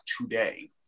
today